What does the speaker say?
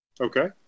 Okay